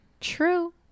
True